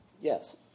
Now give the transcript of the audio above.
Yes